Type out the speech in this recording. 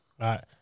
right